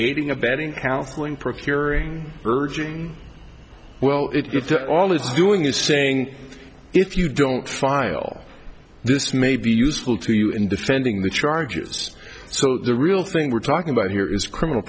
aiding abetting counselling procuring urging well it to all it's doing is saying if you don't file this may be useful to you in defending the charges so the real thing we're talking about here is criminal